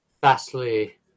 vastly